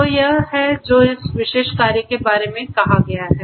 तो यह है जो इस विशेष कार्य के बारे में कहा गया हैं